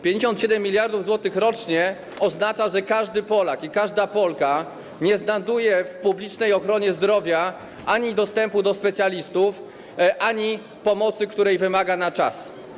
57 mld zł rocznie oznacza, że każdy Polak i każda Polka nie znajduje w ramach publicznej ochrony zdrowia ani dostępu do specjalistów, ani pomocy, której wymaga na czas.